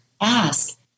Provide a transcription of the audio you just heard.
ask